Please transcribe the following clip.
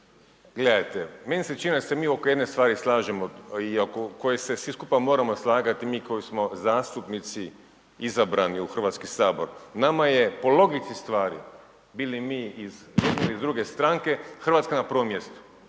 Gledajte, meni se čini da se mi oko jedne stvari slažemo i oko koje se svi skupa moramo slagati mi koji smo zastupnici izabrani u Hrvatski sabor. Nama je po logici stvari bili mi iz jedne ili iz druge stranke Hrvatska na prvom mjestu.